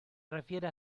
refiere